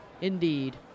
Indeed